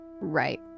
right